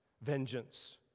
vengeance